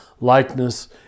likeness